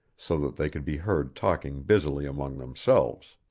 so that they could be heard talking busily among themselves.